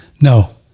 No